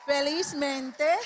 Felizmente